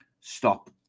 stop